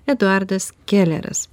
eduardas keleras